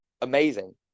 amazing